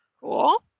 Cool